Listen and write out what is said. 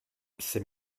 c’est